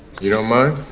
you don't mind?